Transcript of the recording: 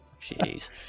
jeez